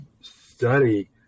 study